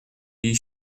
bee